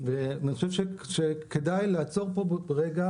אני חושב שכדאי לעצור פה רגע